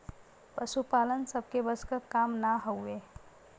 पसुपालन सबके बस क काम ना हउवे